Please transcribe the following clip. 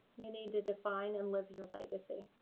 you need to define and live your legacy.